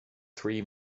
three